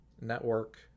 network